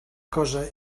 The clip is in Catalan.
cosa